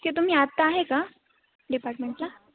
ते तुम्ही आता आहे का डिपार्टमेंटला